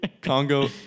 Congo